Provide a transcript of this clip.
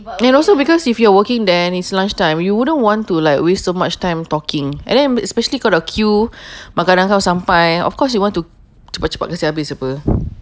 and also because if you are working there and it's lunchtime you wouldn't want to like waste so much time talking and then especially kalau queue makanan kau sampai of course you want to cepat-cepat kasi habis [pe]